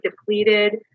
depleted